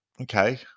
Okay